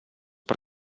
per